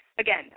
Again